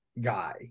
guy